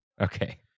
Okay